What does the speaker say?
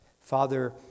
Father